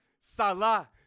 Salah